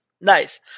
Nice